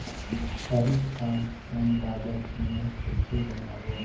हरी खाद कम लागत मे कइसे बनाबो?